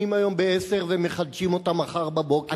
היום ב-22:00 ומחדשים אותם מחר בבוקר,